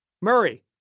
Murray